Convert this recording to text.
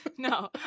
No